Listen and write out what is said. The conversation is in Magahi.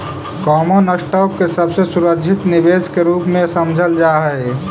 कॉमन स्टॉक के सबसे सुरक्षित निवेश के रूप में समझल जा हई